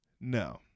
No